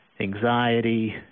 anxiety